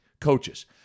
coaches